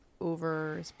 over